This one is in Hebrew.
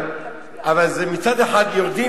אבל זה מצד אחד יורדים,